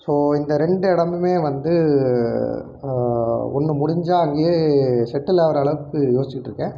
so இந்த ரெண்டு இடமுமே வந்து ஒன்று முடிஞ்சா அங்கேயே செட்டில் ஆகிற அளவுக்கு யோசிச்சுட்டுருக்கேன்